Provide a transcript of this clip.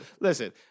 Listen